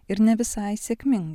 ir ne visai sėkmingai